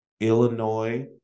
Illinois